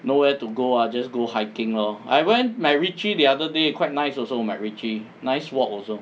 nowhere to go ah just go hiking lor I went macritchie the other day quite nice also nice walk also